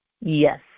Yes